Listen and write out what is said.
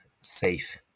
safe